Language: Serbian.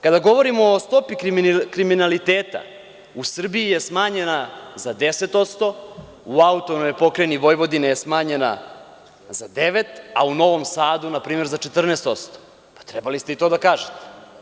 Kada govorimo o stopi kriminaliteta, u Srbiji je smanjena za 10%, u AP Vojvodini je smanjena za 9%, a u Novom Sadu za 14%, trebali ste i to da kažete.